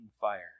fire